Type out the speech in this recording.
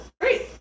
great